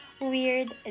Weird